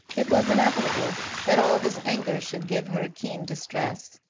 it was inevitable that all this anger should give her keen distress.